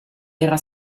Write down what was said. era